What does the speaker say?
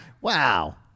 Wow